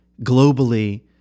globally